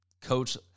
coach